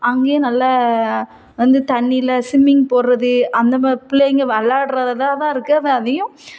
அங்கேயும் நல்ல வந்து தண்ணியில் ஸ்விமிங் போடுறது அந்த மாதிரி பிள்ளைங்க விளையாட்றதுல தான் தான் இருக்குது அந்த அதையும்